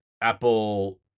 Apple